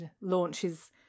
launches